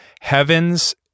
Heavens